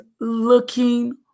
looking